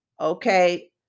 okay